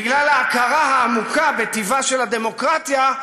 בגלל ההכרה העמוקה בטיבה של הדמוקרטיה,